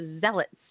zealots